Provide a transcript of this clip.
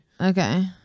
Okay